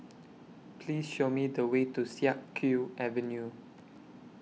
Please Show Me The Way to Siak Kew Avenue